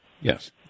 Yes